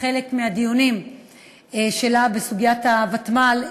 כחלק מהדיונים שלה בסוגיית הוותמ"ל,